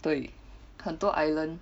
对很多 island